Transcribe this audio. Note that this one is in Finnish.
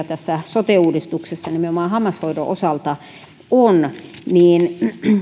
tässä sote uudistuksessa nimenomaan hammashoidon osalta on niin